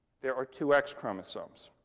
there are two x chromosomes.